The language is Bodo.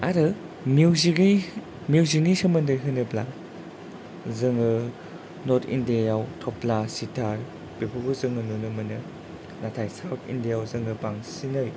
आरो मिउजिक मिउजिक नि सोमोन्दै होनोब्ला जोङो नर्ट इण्डिया आव थाब्ला सिटार बेफोरखौबो जोङो नुनो मोनो नाथाय साउथ इण्डिया आव जोङो बांसिनै